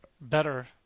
better